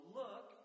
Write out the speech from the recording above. look